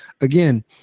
Again